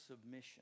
submission